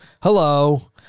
hello